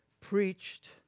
preached